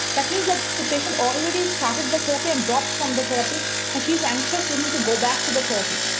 that means that the patient already started the therapy and dropped from the therapy and she's anxious, able to go back to the therapy.